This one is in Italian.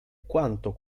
quanto